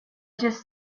just